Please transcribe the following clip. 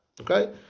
Okay